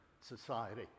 society